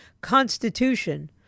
constitution